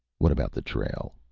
what about the trail?